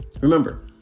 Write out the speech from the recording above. Remember